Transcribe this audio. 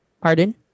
Pardon